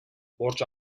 borç